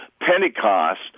Pentecost